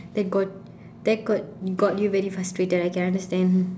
that got that got got you very frustrated I can understand